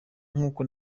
n’uko